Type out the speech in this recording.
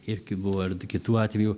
irgi buvo ir kitų atvejų